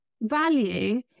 value